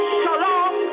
shalom